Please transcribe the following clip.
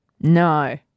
No